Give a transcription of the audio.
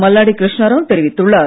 மல்லாடி கிருஷ்ணாராவ் தெரிவித்துள்ளார்